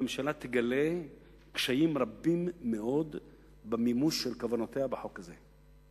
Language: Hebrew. הממשלה תגלה קשיים רבים מאוד במימוש כוונותיה בחוק הזה.